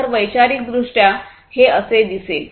तर वैचारिकदृष्ट्या हे असे दिसेल